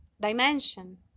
dimension